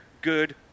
good